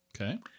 Okay